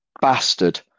bastard